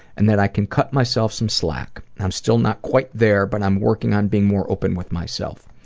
and that i can cut myself some slack. i'm still not quite there, but i'm working on being more open with myself.